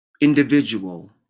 individual